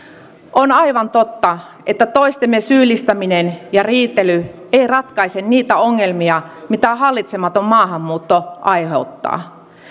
on aivan totta että toistemme syyllistäminen ja riitely ei ratkaise niitä ongelmia mitä hallitsematon maahanmuutto aiheuttaa